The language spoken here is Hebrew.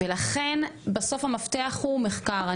ולכן בסוף המפתח הוא מחקר.